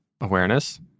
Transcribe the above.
awareness